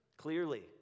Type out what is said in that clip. Clearly